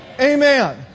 Amen